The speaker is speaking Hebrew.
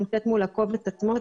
את נמצאת מול הקובץ עצמו,